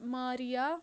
ماریا